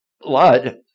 blood